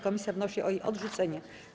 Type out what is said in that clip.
Komisja wnosi o jej odrzucenie.